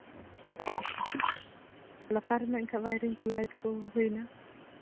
ᱟᱪᱪᱷᱟ ᱞᱟᱛᱟᱨ ᱨᱮᱱᱟᱜ ᱮᱱᱠᱷᱟᱱ ᱳᱭᱮᱨᱤᱝ ᱠᱚ ᱞᱟᱭᱤᱴ ᱠᱚ ᱦᱩᱭᱱᱟ